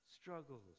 struggles